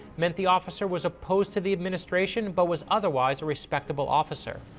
meant the officer was opposed to the administration, but was otherwise a respectable officer.